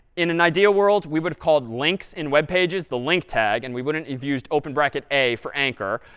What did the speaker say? in an ideal world, we would have called links in web pages the link tag, and we wouldn't have used open bracket a for anchor.